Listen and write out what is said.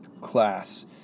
class